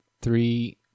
Three